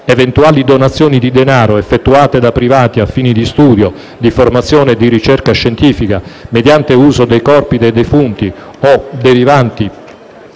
Eventuali donazioni di denaro effettuate da privati a fini di studio, di formazione e di ricerca scientifica mediante uso dei corpi dei defunti o derivanti